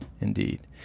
Indeed